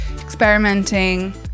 experimenting